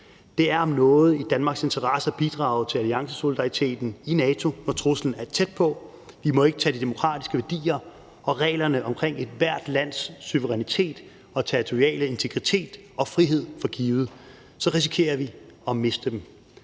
Det er om noget i Danmarks interesse at bidrage til alliancesolidariteten i NATO, når truslen er tæt på. Vi må ikke tage de demokratiske værdier og reglerne omkring ethvert lands suverænitet og territoriale integritet og frihed for givet, for så risikerer vi at miste dem.